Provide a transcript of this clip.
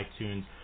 iTunes